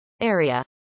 Area